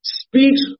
speech